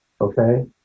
okay